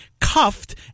cuffed